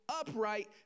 upright